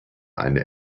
eine